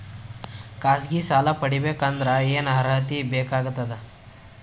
ಖಾಸಗಿ ಸಾಲ ಪಡಿಬೇಕಂದರ ಏನ್ ಅರ್ಹತಿ ಬೇಕಾಗತದ?